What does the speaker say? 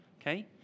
Okay